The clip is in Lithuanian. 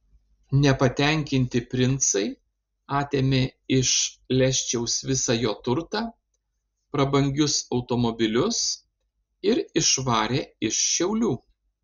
nepatenkinti princai atėmė iš leščiaus visą jo turtą prabangius automobilius ir išvarė iš šiaulių